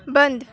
بند